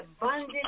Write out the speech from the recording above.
abundant